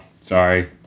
sorry